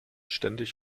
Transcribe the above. ständig